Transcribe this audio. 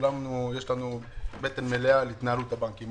לכולנו יש בטן מלאה על התנהלות הבנקים.